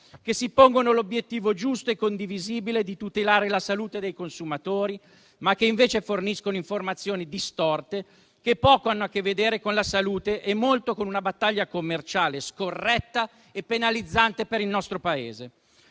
che si pongono l'obiettivo giusto e condivisibile di tutelare la salute dei consumatori, ma che tuttavia forniscono informazioni distorte che poco hanno a che vedere con la salute e molto con una battaglia commerciale scorretta e penalizzante per il nostro Paese.